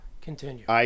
Continue